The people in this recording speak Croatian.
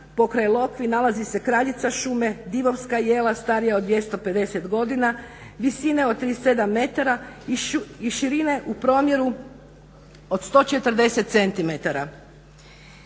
pokraj Lokvi nalazi se kraljica šume, divovska jela starija od 250 godina visine od 37 metara i širine u promjeru od 140 cm.